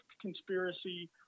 conspiracy